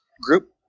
group